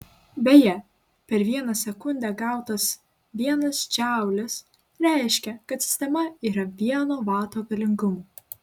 beje per vieną sekundę gautas vienas džaulis reiškia kad sistema yra vieno vato galingumo